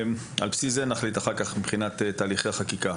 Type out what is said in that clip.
על בסיס זה נחליט אחר כך על תהליכי החקיקה.